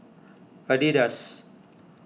Adidas